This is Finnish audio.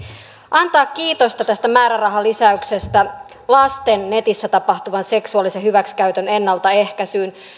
antaa kiitosta tästä määrärahan lisäyksestä netissä tapahtuvan lasten seksuaalisen hyväksikäytön ennaltaehkäisyyn